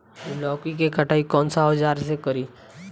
लौकी के कटाई कौन सा औजार से करी?